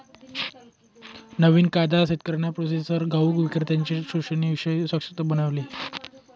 नवीन कायदा शेतकऱ्यांना प्रोसेसर घाऊक विक्रेत्त्यांनच्या शोषणाशिवाय सशक्त बनवेल